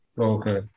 Okay